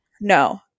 no